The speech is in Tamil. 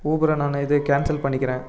ஊபரை நான் இது கேன்சல் பண்ணிக்கிறேன்